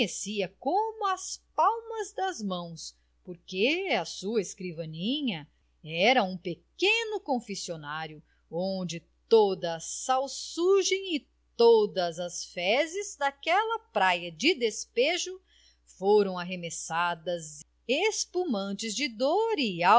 as palmas das mãos porque a sua escrivaninha era um pequeno confessionário onde toda a salsugem e todas as fezes daquela praia de despejo foram arremessadas espumantes de